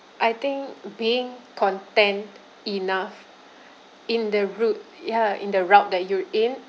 I think being content enough in the route ya in the route that you're in